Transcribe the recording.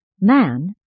Man